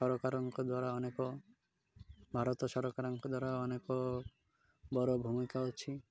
ସରକାରଙ୍କ ଦ୍ୱାରା ଅନେକ ଭାରତ ସରକାରଙ୍କ ଦ୍ୱାରା ଅନେକ ବଡ଼ ଭୂମିକା ଅଛି